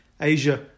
Asia